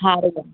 हा भईया